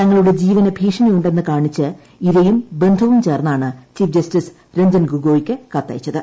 തങ്ങളുടെ ജീവന് ഭീഷണിയുണ്ടെന്ന് കാണിച്ച് ഇരയും ബന്ധുവും ചേർന്നാണ് ചീഫ് ജഡ്സ്റ്റിസ് രഞ്ജൻ ഗൊഗോയ്ക്ക് കത്തയച്ചത്